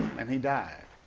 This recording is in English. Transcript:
and he died.